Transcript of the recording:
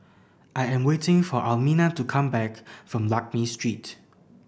I am waiting for Elmina to come back from Lakme Street